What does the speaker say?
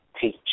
teach